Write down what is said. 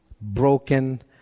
broken